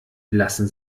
lassen